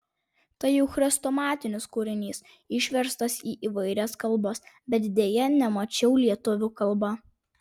tai jau chrestomatinis kūrinys išverstas į įvairias kalbas bet deja nemačiau lietuvių kalba